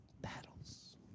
battles